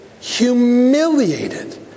Humiliated